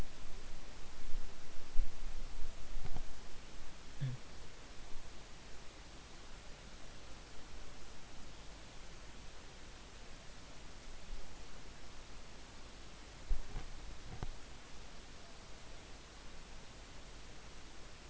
mm